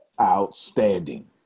Outstanding